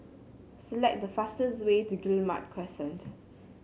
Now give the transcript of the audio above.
select the fastest way to Guillemard Crescent